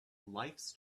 lifes